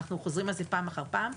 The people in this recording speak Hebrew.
אנחנו חוזרים על זה פעם אחר פעם,